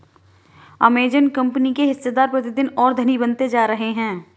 Amazon company के हिस्सेदार प्रतिदिन और धनी बनते जा रहे हैं